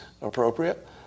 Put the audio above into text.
appropriate